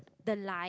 the line